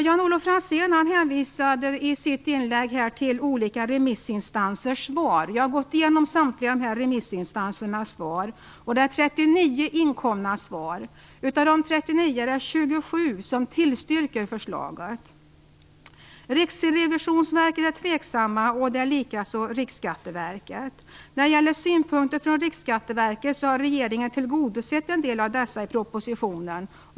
Jan-Olof Franzén hänvisade i sitt inlägg till olika remissinstansers svar. Jag har gått igenom samtliga remissinstansers svar - det är 39 stycken. Av dessa är det 27 som tillstyrker förslaget. Riksrevisionsverket är tveksamt, och det är även Riksskatteverket. När det gäller synpunkterna från Riksskatteverket har regeringen tillgodosett en del av dessa i propositionen.